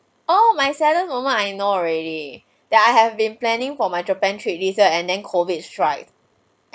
oh my saddest moment I know already that I have been planning for my japan trip visa and then COVID strike